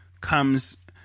comes